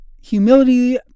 humility